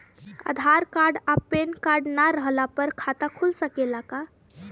आधार card आ PAN card ना रहला पर खाता खुल सकेला का?